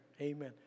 Amen